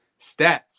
stats